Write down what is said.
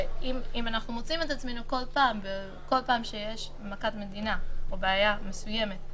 ואם אנחנו מוצאים את עצמנו כל פעם שיש מכת מדינה או בעיה מסוימת,